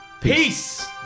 peace